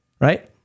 right